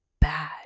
bad